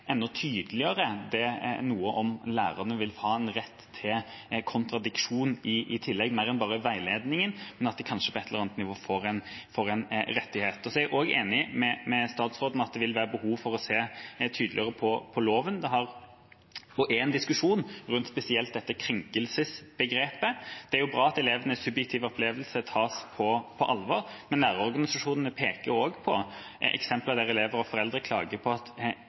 noe om lærerne vil ha en rett til kontradiksjon i tillegg – mer enn veiledning – sånn at de kanskje på et eller annet nivå får en rettighet. Jeg er også enig med statsråden i at det vil være behov for å se tydeligere på loven. Det går en diskusjon, spesielt rundt begrepet «krenkelse». Det er bra at elevenes subjektive opplevelse tas på alvor, men lærerorganisasjonene peker også på eksempler der elever og foreldre klager på at